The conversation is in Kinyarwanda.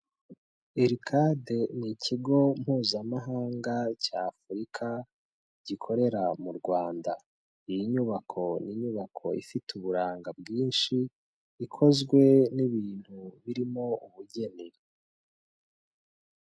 Ircad ni ikigo mpuzamahanga cya Afurika gikorera mu Rwanda, iyi nyubako ni inyubako ifite uburanga bwinshi ikozwe n'ibintu birimo ubugeni.